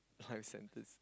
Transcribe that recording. less than this